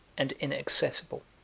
and inaccessible,